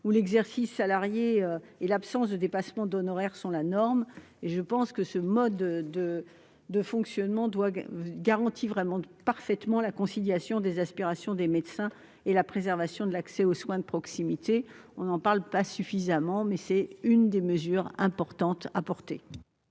où l'exercice salarié et l'absence de dépassement d'honoraires sont la norme. Ce mode de fonctionnement concilie parfaitement, à mes yeux, les aspirations des médecins et la préservation de l'accès aux soins de proximité. On n'en parle pas suffisamment, mais c'est l'une des mesures importantes qu'il